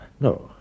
no